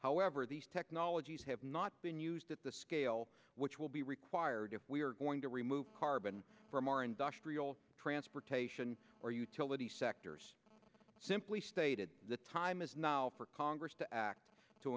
however these technologies have not been used at the scale which will be required if we are going to remove carbon from our industrial transportation or utility sectors simply stated the time is now for congress to act to